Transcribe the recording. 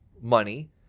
money